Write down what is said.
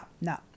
no